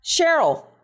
cheryl